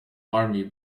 army